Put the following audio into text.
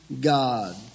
God